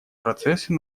процессы